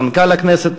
מנכ"ל הכנסת,